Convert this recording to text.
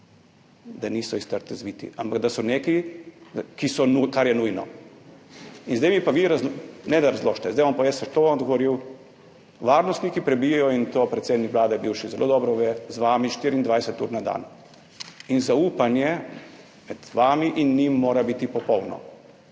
niso iz trte zviti, ampak da so nekaj, kar je nujno. In zdaj mi pa vi, ne da razložite, zdaj bom pa jaz to vam odgovoril. Varnostniki prebijejo, in to bivši predsednik Vlade zelo dobro ve, z vami štiriindvajset ur na dan in zaupanje med vami in njimi mora biti popolno.